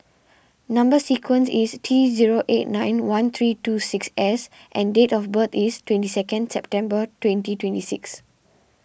Number Sequence is T zero eight nine one three two six S and date of birth is twenty seconds September twenty twenty six